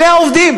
אלה העובדים.